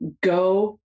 go